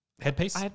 Headpiece